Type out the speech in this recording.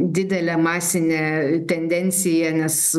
didelė masinė tendencija nes